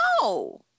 No